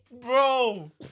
Bro